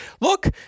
look